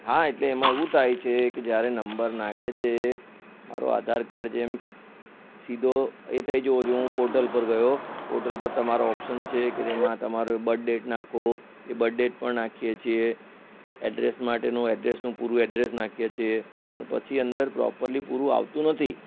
હા એટલે એમાં એવું થાય છે કે જ્યારે નંબર નાંખે છે મારો આધાર કાર્ડ જેમ સીધો એ થઈ ગયો હજુ હું પોર્ટલ પર ગયો પોર્ટલ પર તમારો ઓપ્શન છે કે જેમા તમારો બર્થ ડેટ નાખો એ બર્થ ડેટ પણ નાખીએ છીએ એડ્રેસ માટેનું અડ્રેસનું પૂરુ એડ્રેસ નાખીએ છે એ પણ પછી અંદર પ્રોપરલી પૂરું આવતું નથી